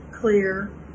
clear